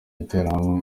interahamwe